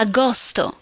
Agosto